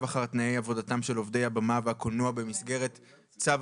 אחר תנאי עבודתם של עובדי הבמה והקולנוע במסגרת צו